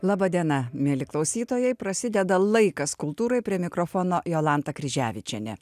laba diena mieli klausytojai prasideda laikas kultūrai prie mikrofono jolanta kryževičienė